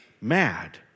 mad